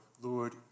Lord